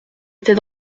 était